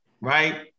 right